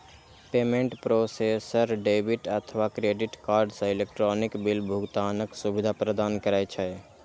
payment processor debit अथवा credit card सं electronic bill भुगतानक सुविधा प्रदान करै छै